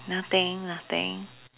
nothing nothing